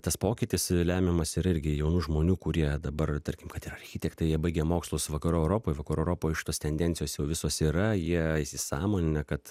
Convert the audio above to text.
tas pokytis lemiamas ir irgi jaunų žmonių kurie dabar tarkim kad ir architektai jie baigę mokslus vakarų europoj vakarų europoj šitos tendencijos jau visos yra jie įsisąmoninę kad